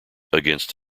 against